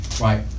right